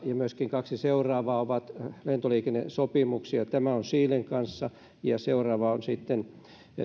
ja myöskin kaksi seuraavaa ovat lentoliikennesopimuksia tämä on chilen kanssa seuraava on sitten